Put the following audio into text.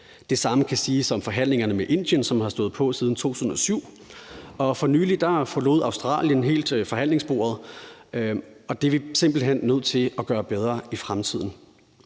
Det samme kan siges om forhandlingerne med Indien, som har stået på siden 2007. Og for nylig forlod Australien helt forhandlingsbordet, og det er vi simpelt hen nødt til at gøre bedre i fremtiden.